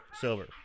Silver